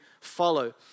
follow